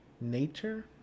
nature